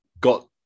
got